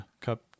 cup